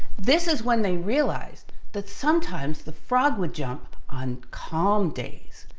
this is when they realized that sometimes the frog would jump on calm days,